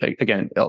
again